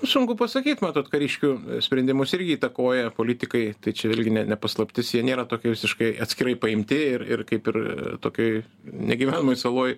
sunku pasakyt matot kariškių sprendimus irgi įtakoja politikai tai čia irgi ne paslaptis jie nėra tokie visiškai atskirai paimti ir ir kaip ir tokioj negyvenamoj saloj